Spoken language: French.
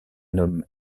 homme